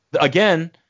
again